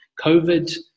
COVID